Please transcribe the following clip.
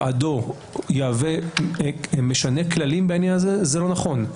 הוא משנה כללים בעניין הזה זה לא נכון.